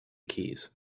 keys